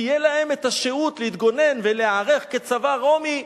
תהיה להם השהות להתגונן ולהיערך כצבא רומי,